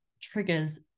triggers